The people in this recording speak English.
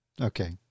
Okay